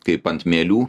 kaip ant mielių